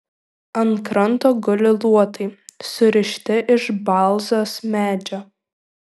ant kranto guli luotai surišti iš balzos medžio